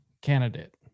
candidate